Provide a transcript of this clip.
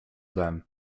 then